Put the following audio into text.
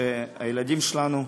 כשהילדים שלנו,